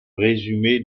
résumé